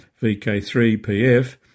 VK3PF